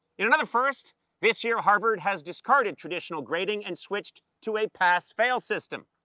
in another first, this year harvard has discarded traditional grading and switched to a pass fail system.